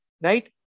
right